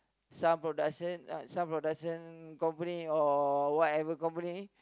some production some production company or whatever company